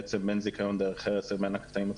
בעצם בין זכיון דרך ארץ לבין הקטעים הצפוניים,